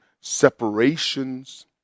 separations